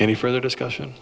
any further discussion